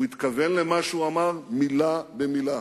הוא התכוון למה שהוא אמר, מלה במלה.